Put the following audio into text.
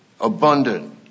abundant